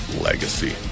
legacy